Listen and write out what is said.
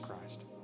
Christ